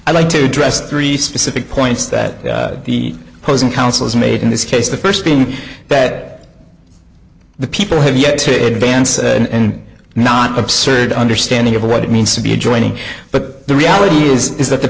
i'd like to address three specific points that the opposing counsel is made in this case the first being that the people have yet to advance and not absurd understanding of what it means to be a joining but the reality is is that the